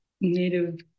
native